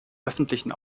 öffentlichen